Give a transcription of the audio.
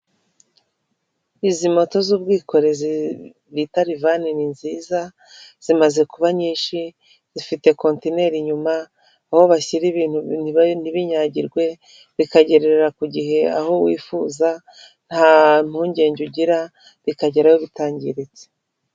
Izi moto z'ubwikorezi bita rivani ni nziza, zimaze kuba nyinshi, zifite kontineri inyuma aho bashyira ibintu ntibinyagirwe, bikagerera ku gihe aho wifuza, nta mpungenge ugira, bikagerayo bitangiritse.